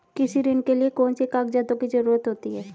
कृषि ऋण के लिऐ कौन से कागजातों की जरूरत होती है?